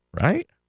Right